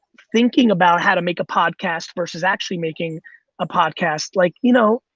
thinking about how to make a podcast versus actually making a podcast. like you know,